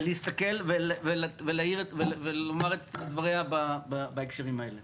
ולהסתכל ולומר את דבריה בהקשרים האלה